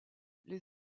les